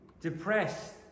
Depressed